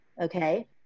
okay